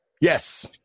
Yes